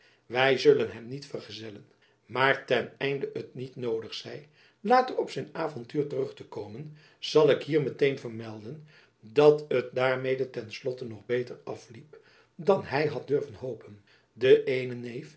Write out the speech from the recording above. wy zullen hem niet vergezellen maar jacob van lennep elizabeth musch ten einde het niet noodig zij later op zijn avontuur terug te komen zal ik hier met-een vermelden dat het daarmede ten slotte nog beter afliep dan hy had durven hopen de eene